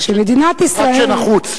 רק כשנחוץ.